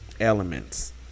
elements